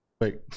Wait